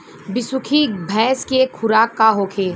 बिसुखी भैंस के खुराक का होखे?